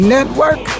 Network